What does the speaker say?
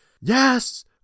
yes